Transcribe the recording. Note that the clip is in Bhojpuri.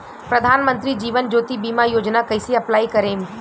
प्रधानमंत्री जीवन ज्योति बीमा योजना कैसे अप्लाई करेम?